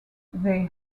they